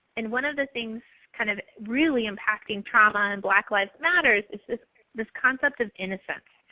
and one of the things, kind of, really impact trauma and black lives matters is this this concept of innocence.